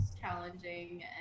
challenging